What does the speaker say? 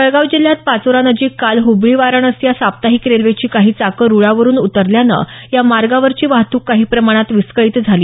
जळगाव जिल्ह्यात पाचोरा नजिक काल हुबळी वाराणसी या साप्ताहिक रेल्वेची काही चाकं रुळावरून उतरल्यानं या मार्गावरची वाहतुक काही प्रमाणात विस्कळीत झाली